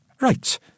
Right